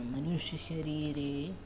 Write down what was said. मनुष्यशरीरे